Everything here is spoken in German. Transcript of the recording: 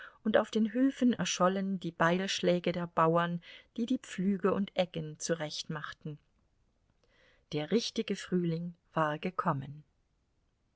und auf den höfen erschollen die beilschläge der bauern die die pflüge und eggen zurechtmachten der richtige frühling war gekommen